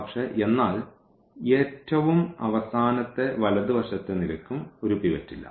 പക്ഷേ എന്നാൽ ഏറ്റവും അവസാനത്തെ വലതുവശത്തെ നിരയ്ക്കും ഒരു പിവറ്റ് ഇല്ല